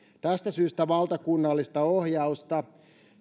tästä syystä valtakunnallista ohjausta